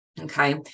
okay